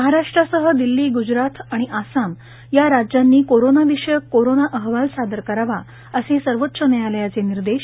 महाराष्ट्रासह दिल्ली ग्जरात आणि आसाम या राज्यांनी कोरोंना विषयक कोरोंना अहवाल सादर करावा असे सर्वोच्च न्यायालयाचे निर्देश